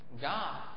God